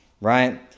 Right